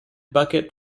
bucket